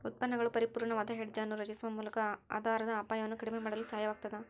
ಉತ್ಪನ್ನಗಳು ಪರಿಪೂರ್ಣವಾದ ಹೆಡ್ಜ್ ಅನ್ನು ರಚಿಸುವ ಮೂಲಕ ಆಧಾರದ ಅಪಾಯವನ್ನು ಕಡಿಮೆ ಮಾಡಲು ಸಹಾಯವಾಗತದ